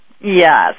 yes